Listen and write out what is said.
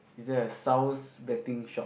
yes sounds betting shop